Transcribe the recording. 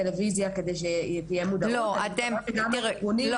אנחנו הודענו על זה גם פה בדיון הקודם אצלך